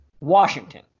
Washington